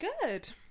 good